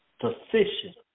Sufficient